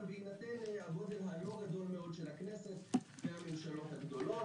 אבל בהינתן הגודל הלא גדול מאוד של הכנסת והממשלות הגדולות.